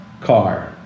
Car